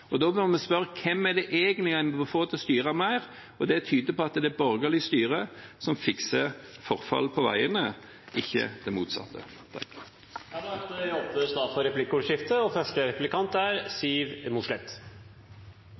fylkesveiene. Da må vi spørre: Hvem er det egentlig en burde få til å styre mer? Det tyder på at det er borgerlig styre som fikser forfallet på veiene, ikke det motsatte. Det blir replikkordskifte. I nord vil vi ha ny regjering. Noe av det første